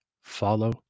follow